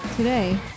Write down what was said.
Today